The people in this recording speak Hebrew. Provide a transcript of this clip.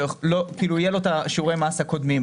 יהיו לו את שיעורי המס הקודמים.